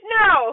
no